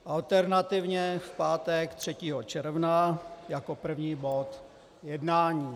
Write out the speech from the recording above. Alternativně v pátek 3. června jako první bod jednání.